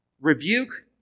Rebuke